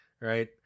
right